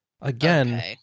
Again